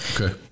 Okay